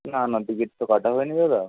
না না টিকিট তো কাটা হয়নি দাদা